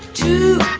to